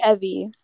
Evie